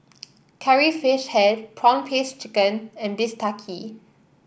Curry Fish Head prawn paste chicken and bistake